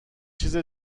چیز